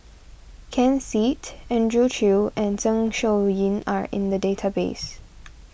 Ken Seet Andrew Chew and Zeng Shouyin are in the database